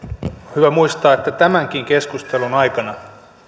hyvä muistaa että tämänkin keskustelun aikana